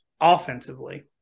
offensively